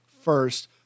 first